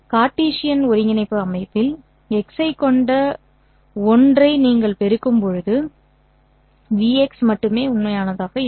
Cartesian ஒருங்கிணைப்பு அமைப்பில் x̂ ஐக் கொண்ட ஒன்றை நீங்கள் பெருக்கும்போது vx மட்டுமே உண்மையானதாக இருக்கும்